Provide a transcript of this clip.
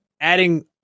adding